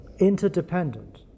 interdependent